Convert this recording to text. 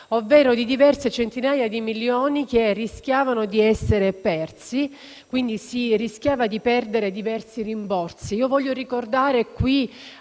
ovvero diverse centinaia di milioni rischiavano di essere persi e, quindi, si rischiava di perdere diversi rimborsi.